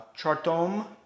chartom